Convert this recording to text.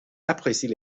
apprécie